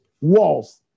walls